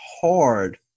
hard